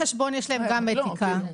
אני אומרת,